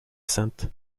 saintes